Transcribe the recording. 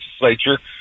legislature